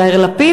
יאיר לפיד,